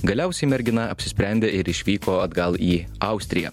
galiausiai mergina apsisprendė ir išvyko atgal į austriją